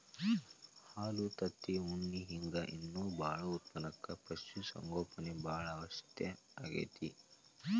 ಹಾಲು ತತ್ತಿ ಉಣ್ಣಿ ಹಿಂಗ್ ಇನ್ನೂ ಬಾಳ ಉತ್ಪನಕ್ಕ ಪಶು ಸಂಗೋಪನೆ ಬಾಳ ಅವಶ್ಯ ಆಗೇತಿ